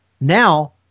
Now